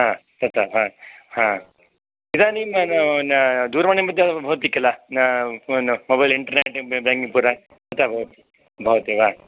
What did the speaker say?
ह तथा वा ह इदानीं दूरवाणी मध्ये भवति किल मोबैल् इण्ट्र्नेट् बेङ्किङ्ग् द्वारा तथा भवति वा